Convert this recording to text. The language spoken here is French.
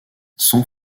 son